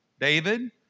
David